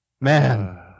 Man